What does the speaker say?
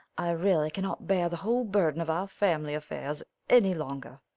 i really cannot bear the whole burden of our family affairs any longer.